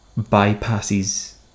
bypasses